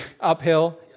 uphill